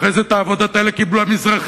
אחרי זה את העבודות האלה קיבלו המזרחים,